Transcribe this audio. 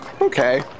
Okay